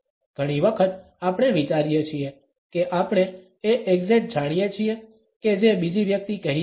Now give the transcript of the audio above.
ઘણી વખત આપણે વિચારીએ છીએ કે આપણે એ એક્ઝેટ જાણીએ છીએ કે જે બીજી વ્યક્તિ કહી રહી છે